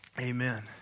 amen